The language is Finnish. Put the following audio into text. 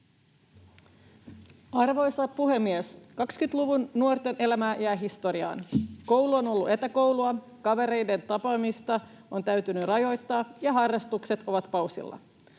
Arvoisa puhemies! 20-luvun nuorten elämä jää historiaan. Koulu on ollut etäkoulua, kavereiden tapaamista on täytynyt rajoittaa, ja harrastukset ovat paussilla.